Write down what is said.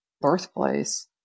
birthplace